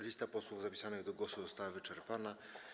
Lista posłów zapisanych do głosu została wyczerpana.